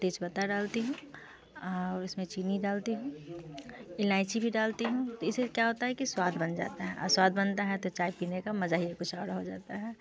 तेज पत्ता डालती हूँ और इस में चीनी डालती हूँ इलायची भी डालती हूँ इसे क्या होता है कि स्वाद बन जाता है और स्वाद बनता है तो चाय पीने का मज़ा ही कुछ और हो जाता है